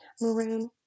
maroon